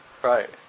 right